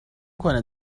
کنه